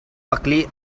buckley